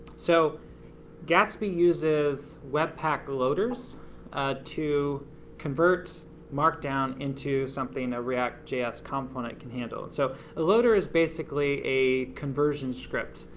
so gatsby uses webpack loaders to convert markdown into something a react js component can handle. and so a loader is basically a conversion script,